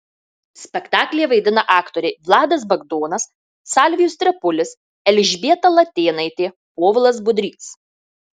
spektaklyje vaidina aktoriai vladas bagdonas salvijus trepulis elžbieta latėnaitė povilas budrys